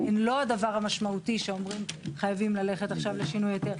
הן לא הדבר המשמעותי שאומרים: חייבים ללכת עכשיו לשינוי היתר,